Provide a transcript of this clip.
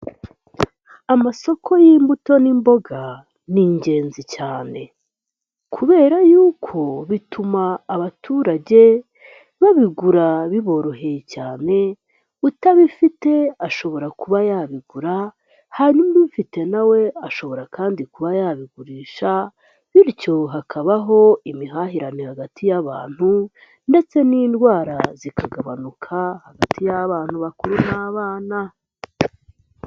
Amasoko y'imbuto n'imboga ni ingenzi cyane kubera yuko bituma abaturage babigura biboroheye cyane, utabifite ashobora kuba yabigura hanyuma ubifite na we ashobora kandi kuba yabigurisha, bityo hakabaho imihahirane hagati y'abantu ndetse n'indwara zikagabanuka hagati y'abantu bakuru n'abana.